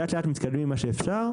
לאט-לאט מתקדמים עם מה שאפשר,